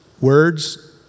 Words